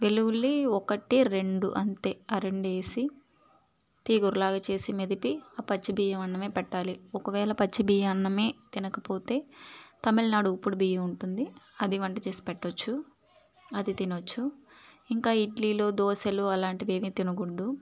వెల్లుల్లి ఒకటి రెండు అంతే ఆ రెండేసి తీగూర లాగ చేసి మెదిపి ఆ పచ్చి బియ్యమన్నమే పెట్టాలి ఒకవేల పచ్చి బియ్యమన్నమే తినకపోతే తమిళ్నాడు ఉప్పుడు బియ్యముంటుంది అది వండి చేసి పెట్టచ్చు అది తినొచ్చు ఇంక ఇడ్లీలు దోశలు అలాంటివేమీ తినకూడదు